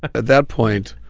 at that point,